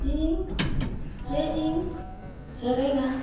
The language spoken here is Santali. ᱤᱧ ᱪᱮᱫ ᱤᱧ ᱥᱮᱨᱮᱧᱟ